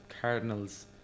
Cardinals